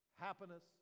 Happiness